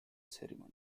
ceremony